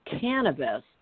cannabis